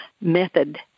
method